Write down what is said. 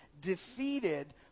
defeated